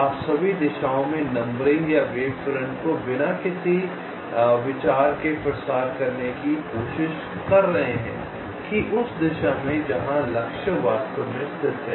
आप सभी दिशाओं में नंबरिंग या तरंग मोर्चों को बिना किसी विचार के प्रसार करने की कोशिश कर रहे हैं कि उस दिशा में जहां लक्ष्य वास्तव में स्थित है